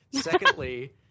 secondly